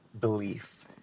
belief